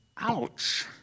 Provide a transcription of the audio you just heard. Ouch